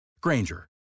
Granger